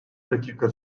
dakika